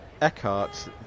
Eckhart